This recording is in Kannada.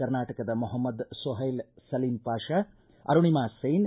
ಕರ್ನಾಟಕ ಮೊಹಮ್ಮದ ಸೊಹೈಲ್ ಸಲೀಮ್ ಪಾಷಾ ಅರುಣೀಮಾ ಸೇನ್